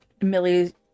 Millie